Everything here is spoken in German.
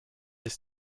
ist